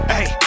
Hey